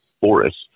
forest